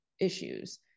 issues